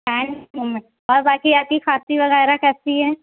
hand movement اور باقی آپ کی کھانسی وغیرہ کیسی ہے